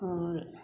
आओर